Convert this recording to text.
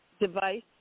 device